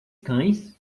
cães